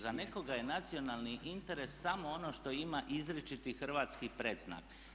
Za nekoga je nacionalni interes samo ono što ima izričiti hrvatski predznak.